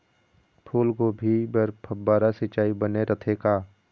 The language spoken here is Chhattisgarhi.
फूलगोभी बर फव्वारा सिचाई बने रथे का?